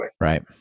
Right